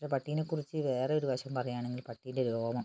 പട്ടീനെ കുറിച്ച് വേറൊരു വശം പറയുകയാണെങ്കിൽ പട്ടീൻ്റെ രോമം